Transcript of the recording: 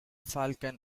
falcon